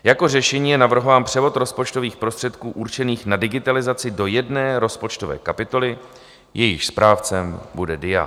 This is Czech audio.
Jako řešení je navrhován převod rozpočtových prostředků určených na digitalizaci do jedné rozpočtové kapitoly, jejíž správcem bude DIA.